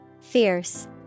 Fierce